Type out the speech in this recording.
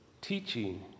teaching